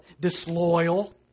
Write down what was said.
disloyal